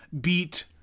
beat